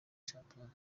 shampiyona